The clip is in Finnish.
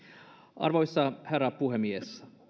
arvoisa herra puhemies